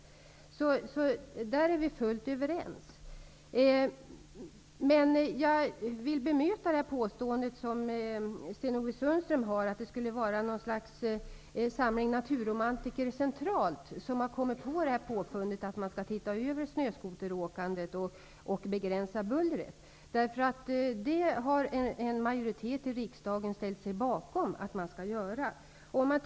I det avseendet är vi överens. Däremot vill jag bemöta Sten-Ove Sundströms påstående att en samling naturromantiker centralt skulle ha kommit på att man skall se över snöskoteråkandet och begränsa bullret. En majoritet i riksdagen har ställt sig bakom att man skall göra det.